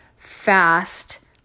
fast